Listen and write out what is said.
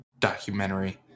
documentary